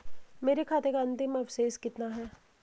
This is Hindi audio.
मेरे खाते का अंतिम अवशेष कितना है?